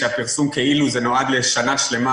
שהפרסום כאילו זה נועד לשנה שלמה